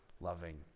loving